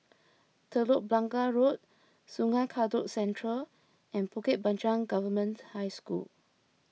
Telok Blangah Road Sungei Kadut Central and Bukit Panjang Government High School